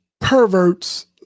perverts